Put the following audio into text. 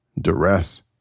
duress